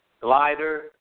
glider